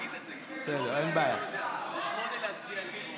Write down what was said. תגיד את זה, ועל 8 להצביע אלקטרונית.